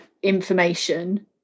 information